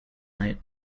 night